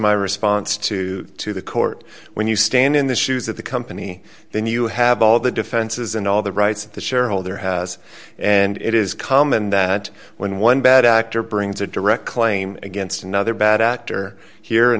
my response to to the court when you stand in the shoes of the company then you have all the defenses and all the rights the shareholder has and it is common that when one bad actor brings a direct claim against another bad actor here in